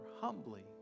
humbly